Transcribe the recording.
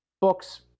books